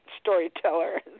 storyteller